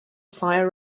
sire